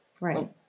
Right